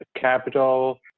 capital